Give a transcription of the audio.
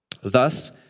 Thus